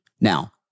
Now